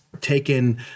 taken